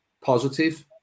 positive